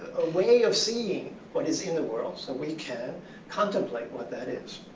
a way of seeing what is in the world so we can contemplate what that is.